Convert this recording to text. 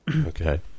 Okay